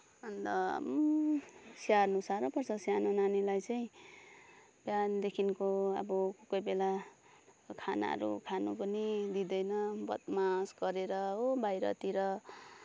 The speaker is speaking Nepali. अन्त स्याहार्न साह्रो पर्छ सानो नानीलाई चाहिँ बिहानदेखिको अब कोही बेला खानाहरू खानु पनि दिँदैन बदमास गरेर हो बाहिरतिर